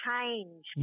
change